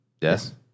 Yes